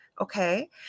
okay